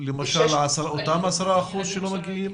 את אותם 10 אחוזים שלא מגיעים?